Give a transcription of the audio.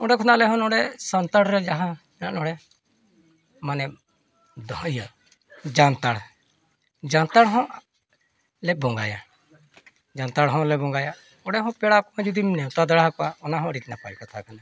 ᱚᱸᱰᱮ ᱠᱷᱚᱱ ᱟᱞᱮ ᱦᱚᱸ ᱱᱚᱰᱮ ᱥᱟᱱᱛᱟᱲ ᱨᱮ ᱡᱟᱦᱟᱸ ᱢᱮᱱᱟᱜᱼᱟ ᱱᱚᱰᱮ ᱢᱟᱱᱮ ᱫᱚᱦᱚᱭ ᱦᱩᱭᱩᱜᱼᱟ ᱡᱟᱱᱛᱷᱟᱲ ᱡᱟᱱᱛᱷᱟᱲ ᱦᱚᱸ ᱞᱮ ᱵᱚᱸᱜᱟᱭᱟ ᱡᱟᱱᱛᱷᱟᱲ ᱦᱚᱸᱞᱮ ᱵᱚᱸᱜᱟᱭᱟ ᱚᱸᱰᱮ ᱦᱚᱸ ᱯᱮᱲᱟ ᱠᱚ ᱡᱩᱫᱤᱢ ᱱᱮᱣᱛᱟ ᱫᱟᱲᱮ ᱟᱠᱚᱣᱟ ᱚᱱᱟ ᱦᱚᱸ ᱟᱹᱰᱤ ᱱᱟᱯᱟᱭ ᱠᱟᱛᱷᱟ ᱠᱟᱱᱟ